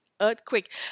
earthquake